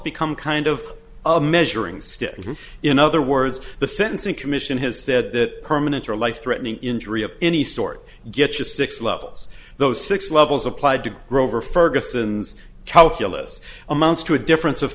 become kind of a measuring stick in other words the sentencing commission has said that permanent or a life threatening injury of any sort gets just six levels those six levels applied to grover ferguson's calculus amounts to a difference of